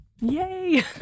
yay